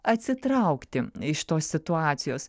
atsitraukti iš tos situacijos